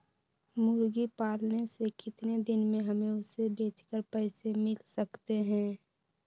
मुर्गी पालने से कितने दिन में हमें उसे बेचकर पैसे मिल सकते हैं?